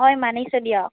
হয় মানিছো দিয়ক